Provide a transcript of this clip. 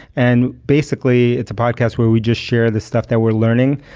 and basically, it's a podcast where we just share the stuff that we're learning,